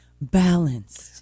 balanced